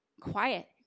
Quiet